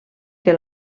que